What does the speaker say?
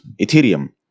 Ethereum